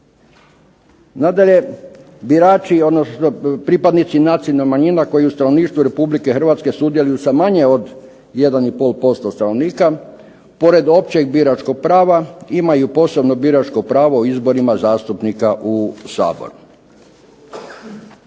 odnosno pripadnici nacionalnih manjina koji u stanovništvu Republike Hrvatske sudjeluju sa manje od 1,5% stanovnika pored općeg biračkog prava imaju posebno biračko pravo u izborima zastupnika u Sabor.